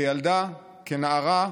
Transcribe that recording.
כילדה, כנערה,